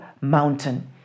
mountain